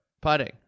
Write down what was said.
Putting